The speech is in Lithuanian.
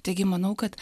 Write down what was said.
taigi manau kad